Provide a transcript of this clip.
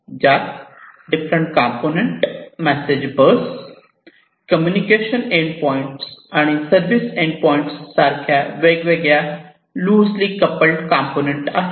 ज्यात different event component message bus communication end point आणि service end point यासारख्या वेगवेगळ्या लुसिली कोप्लेड कंपोनेंट आहेत